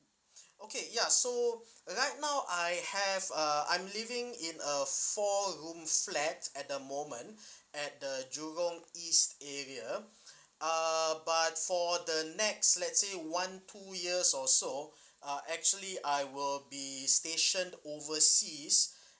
okay ya so right now I have a I'm living in a four room flat at the moment at the jurong east area uh but for the next let's say one two years or so uh actually I will be stationed overseas and um